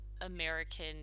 American